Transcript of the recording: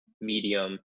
medium